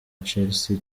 chelsea